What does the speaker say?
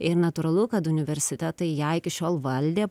ir natūralu kad universitetai ją iki šiol valdė